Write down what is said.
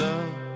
Love